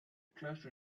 close